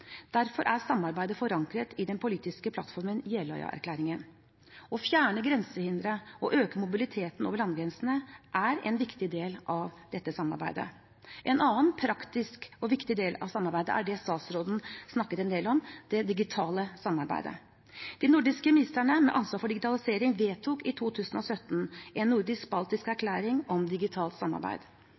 Derfor er samarbeidet forankret i den politiske plattformen Jeløya-erklæringen. Å fjerne grensehindre og øke mobiliteten over landegrensene er en viktig del av dette samarbeidet. En annen praktisk og viktig del av samarbeidet er det statsråden snakket en del om – det digitale samarbeidet. De nordiske ministrene med ansvar for digitalisering vedtok i 2017 en nordisk-baltisk erklæring om digitalt samarbeid.